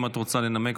אם את רוצה לנמק,